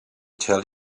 tell